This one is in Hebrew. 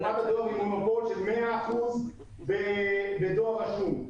חברת הדואר היא מונופול של 100% בדואר רשום,